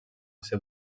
ser